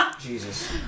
Jesus